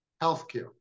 healthcare